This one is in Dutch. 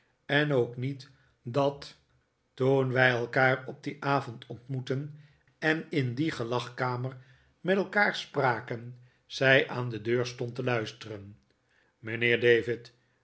en ook niet dat toen wij elkaar op dien avond ontmoetten en in die gelagkamer met elkaar spraken zij aan de deur stond te luisteren mijnheer david